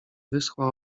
wyschła